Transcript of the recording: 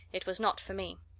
it was not for me.